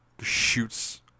shoots